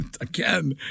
Again